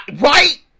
Right